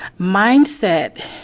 mindset